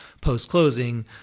post-closing